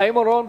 חיים אורון.